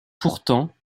pourtant